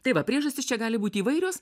tai va priežastys čia gali būt įvairios